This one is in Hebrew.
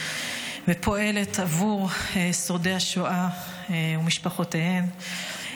הפועלת עבור שורדי השואה ומשפחותיהם,